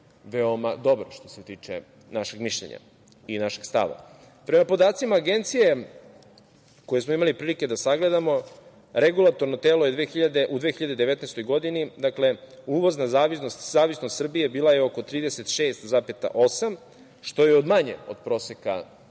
veoma dobar što se tiče našeg mišljenja i našeg stava. Prema podacima Agencije koje smo imali prilike da sagledamo, u 2019. godini uvozna zavisnost Srbije bila je oko 36,8%, što je manje od proseka